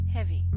Heavy